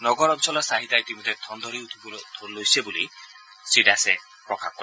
নগৰ অঞ্চলৰ চাহিদা ইতিমধ্যে ঠন ধৰি উঠিব লৈছে বুলি শ্ৰীদাসে প্ৰকাশ কৰে